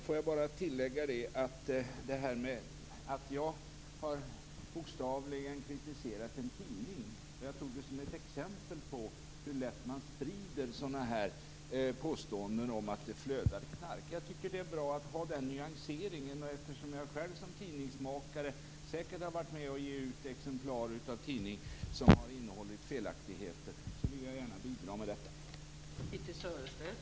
Jag vill bara tillägga en sak när det gäller att jag bokstavligen har kritiserat en tidning. Jag tog det som ett exempel på hur lätt man sprider sådana här påståenden om att det flödar knark. Jag tycker att det är bra att ha den nyanseringen. Eftersom jag själv som tidningsmakare säkert har varit med om att ge ut exemplar som har innehållit felaktigheter vill jag gärna bidra med detta.